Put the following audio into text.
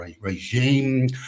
regime